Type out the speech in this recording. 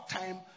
time